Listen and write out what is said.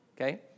Okay